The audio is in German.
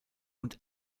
und